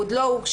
הוא עוד לא הורשע